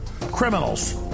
criminals